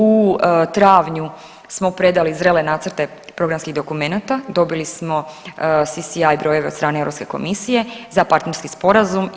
U travnju smo predali zrele nacrte programskih dokumenata, dobili smo CCA brojeve od strane Europske komisije za partnerski sporazum.